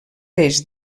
peix